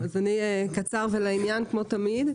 קצר ולעניין כמו תמיד.